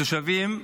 התושבים,